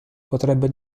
potrebbe